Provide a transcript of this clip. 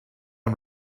amb